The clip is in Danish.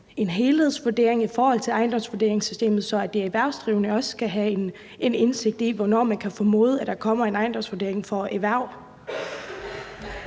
en helhedsvurdering i forhold til ejendomsvurderingssystemet, så de erhvervsdrivende også kan få en indsigt i, hvornår man formoder der kommer en ejendomsvurdering for erhverv?